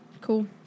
Cool